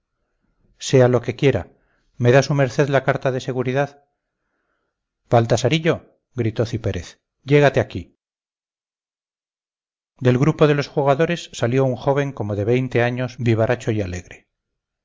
sea lo que quiera me da su merced la carta de seguridad baltasarillo gritó cipérez llégate aquí del grupo de los jugadores salió un joven como de veinte años vivaracho y alegre